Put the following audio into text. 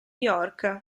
york